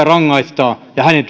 rangaistaan ja hänen